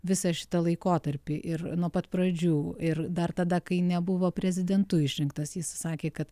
visą šitą laikotarpį ir nuo pat pradžių ir dar tada kai nebuvo prezidentu išrinktas jis sakė kad